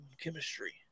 chemistry